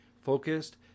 focused